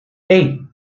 hey